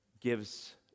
gives